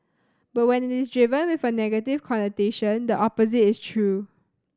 but when it is driven with a negative connotation the opposite is true